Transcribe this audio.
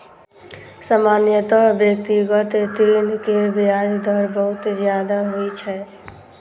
सामान्यतः व्यक्तिगत ऋण केर ब्याज दर बहुत ज्यादा होइ छै